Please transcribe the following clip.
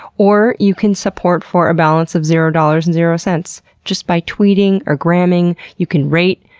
or you can support for a balance of zero dollars and zero cents just by tweeting or gramming. you can rate.